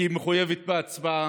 כי היא מחויבת בהצבעה.